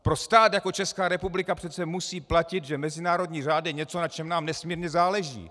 Pro stát jako Česká republika přece musí platit, že mezinárodní řád je něco, na čem nám nesmírně záleží.